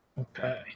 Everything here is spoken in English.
Okay